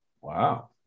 Wow